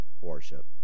worship